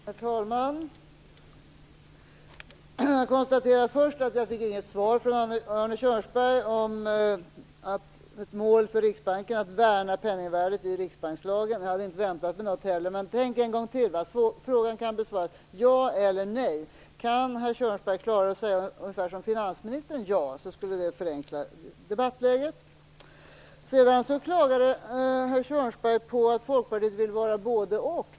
Herr talman! Jag konstaterar först att jag inte fick något svar från Arne Kjörnsberg på frågan om det är ett mål för Riksbanken att värna penningvärdet i riksbankslagen. Jag hade inte väntat mig det heller, men tänk en gång till. Frågan kan besvaras med ja eller nej. Klarar Arne Kjörnsberg att svara ja ungefär som finansministern skulle det förenkla debattläget. Sedan klagade herr Kjörnsberg över att Folkpartiet bara vill både-och.